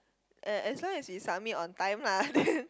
eh as long as you submit on time lah then